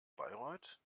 bayreuth